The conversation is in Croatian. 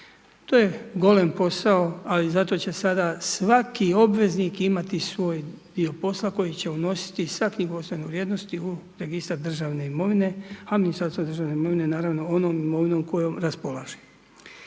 To je golem posao, ali zato će sada svaki obveznik imati svoj dio posla koji će unositi sa knjigovodstvenom vrijednosti u registar državne imovine, a Ministarstvo državne imovine naravno onom imovinom kojom raspolaže.